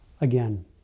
again